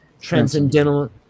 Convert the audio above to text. Transcendental